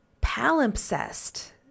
Palimpsest